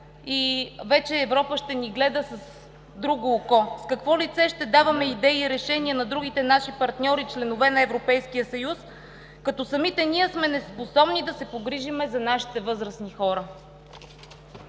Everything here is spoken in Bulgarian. и вече Европа ще ни гледа с друго око. С какво лице ще даваме идеи и решения на другите наши партньори, членове на Европейския съюз, като самите ние сме неспособни да се погрижим за нашите възрастни хора?